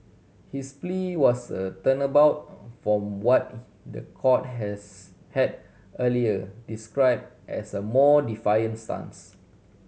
his plea was a turnabout from what the court has had earlier describe as a more defiant stance